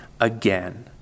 again